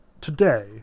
today